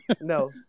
no